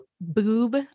boob